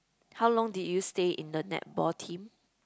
how long did you stay in the netball team